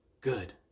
good